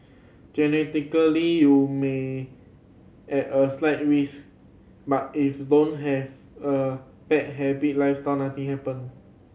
genetically you may at a slight risk but if don't have a bad happy lifestyle nothing happen